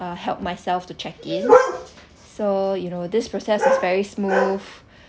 uh help myself to check in so you know this process is very smooth